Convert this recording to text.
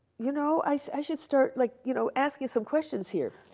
you know, i so i should start like, you know, asking some questions here.